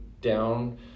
down